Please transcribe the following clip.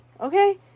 okay